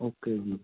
okay ਜੀ